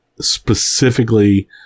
specifically